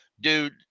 Dude